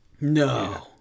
No